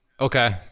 Okay